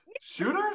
Shooters